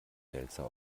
wälzer